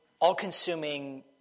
all-consuming